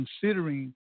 considering